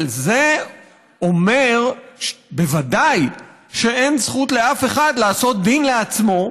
אבל זה בוודאי אומר שאין זכות לאף אחד לעשות דין לעצמו,